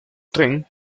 tren